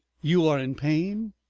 you are in pain?